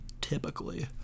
typically